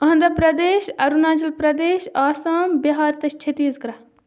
آندھرا پردیش اَروٗناچل پردیش آسام بِہار تہٕ چھتیٖس گرٛہ